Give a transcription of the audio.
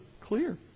clear